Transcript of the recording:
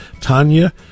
Tanya